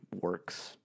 works